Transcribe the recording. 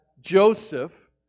Joseph